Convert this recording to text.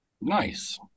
Nice